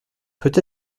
peut